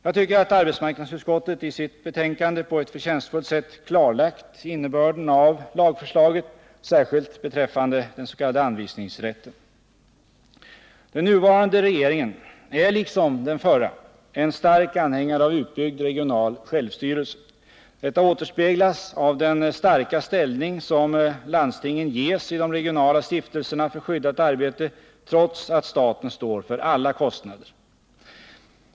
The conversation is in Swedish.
Jag tycker att arbetsmarknadsutskottet i sitt betänkande på ett förtjänstfullt sätt klarlagt innebörden av lagförslaget, särskilt beträffande den s.k. anvisningsrätten. Den nuvarande regeringen är liksom den förra en stark anhängare av en utbyggd regional självstyrelse. Detta återspeglas av den starka ställning som landstingen ges i de regionala stiftelserna för skyddat arbete trots att staten står för alla kostnader.